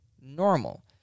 normal